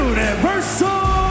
Universal